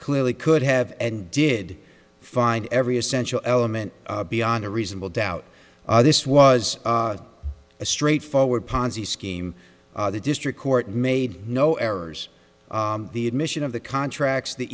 clearly could have and did find every essential element beyond a reasonable doubt this was a straightforward ponzi scheme the district court made no errors the admission of the contracts the